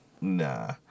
Nah